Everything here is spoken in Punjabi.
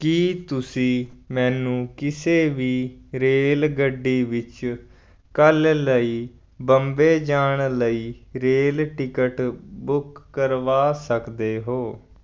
ਕੀ ਤੁਸੀਂ ਮੈਨੂੰ ਕਿਸੇ ਵੀ ਰੇਲਗੱਡੀ ਵਿੱਚ ਕੱਲ੍ਹ ਲਈ ਬੰਬੇ ਜਾਣ ਲਈ ਰੇਲ ਟਿਕਟ ਬੁੱਕ ਕਰਵਾ ਸਕਦੇ ਹੋ